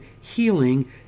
healing